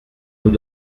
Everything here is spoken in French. nous